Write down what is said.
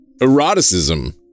Eroticism